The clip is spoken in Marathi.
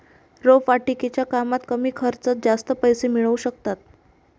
रोपवाटिकेच्या कामात कमी खर्चात जास्त पैसे मिळू शकतात